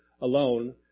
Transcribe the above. alone